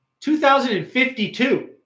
2052